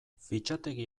fitxategi